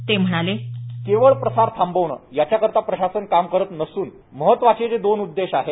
ते म्हणाले केवळ प्रसार थांबवणे याकरता प्रशासन काम करत नसून महत्वाचे जे दोन उद्देश आहेत